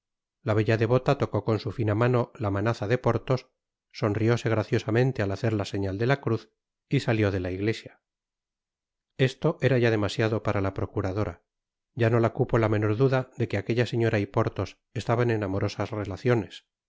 la bella devota tocó con su fina mano la manaza de porthos sonrióse graciosamente al hacer la señal de ta cruz y salió de la iglesia esto era ya demasiado para la procuradora ya no la cupo la menor duda de que aquella señora y porthos estaban en amorosas relaciones